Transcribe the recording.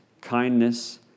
kindness